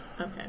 Okay